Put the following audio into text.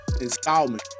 installment